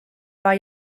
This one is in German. war